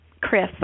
Chris